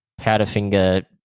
Powderfinger